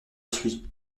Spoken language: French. suit